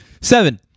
Seven